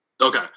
Okay